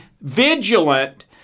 vigilant